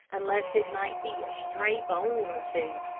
unless it might be a stray bone or two.